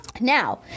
Now